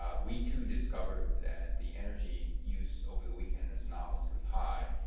um we, too, discovered that the energy use over the weekend is anomalously high.